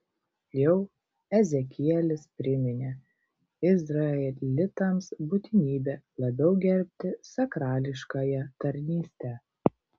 jau ezekielis priminė izraelitams būtinybę labiau gerbti sakrališkąją tarnystę